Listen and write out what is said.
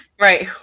right